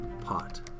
pot